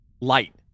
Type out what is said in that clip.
light